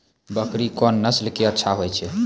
बकरी कोन नस्ल के अच्छा होय छै?